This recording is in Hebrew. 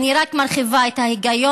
אני רק מרחיבה את ההיגיון,